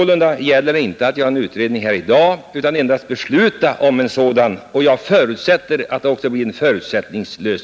Det gäller sålunda inte en utredning här i dag utan endast att besluta om en sådan, och jag utgår från att denna utredning blir förutsättningslös.